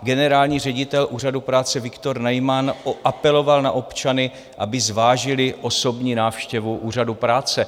Generální ředitel Úřadu práce Viktor Najmon apeloval na občany, aby zvážili osobní návštěvu Úřadu práce.